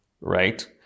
right